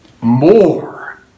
more